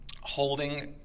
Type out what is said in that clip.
holding